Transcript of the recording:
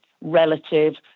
relative